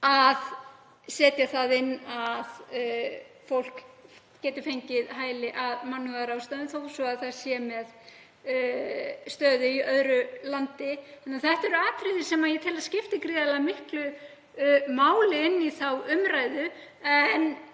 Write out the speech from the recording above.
að setja það inn að fólk geti fengið hæli af mannúðarástæðum þó svo að það sé með stöðu í öðru landi. Þetta eru atriði sem ég tel að skipti gríðarlega miklu máli inn í þá umræðu.